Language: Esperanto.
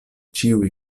ĉiuj